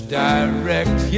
direct